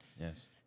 Yes